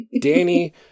Danny